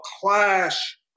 clash